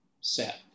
set